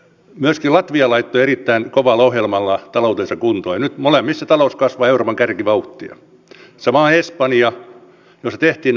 myöskin latvia laittoi erittäin kovalla ohjelmalla taloutensa kuntoon ja nyt molemmissa talous kasvaa euroopan kärkivauhtia samoin espanja jossa tehtiin nämä uudistukset